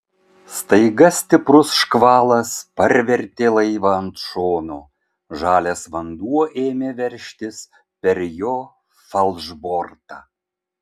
staiga stiprus škvalas parvertė laivą ant šono žalias vanduo ėmė veržtis per jo falšbortą